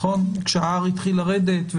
כשה-R התחיל לרדת?